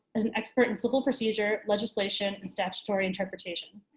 is an expert in civil procedure, legislation, and statutory interpretation.